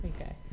Okay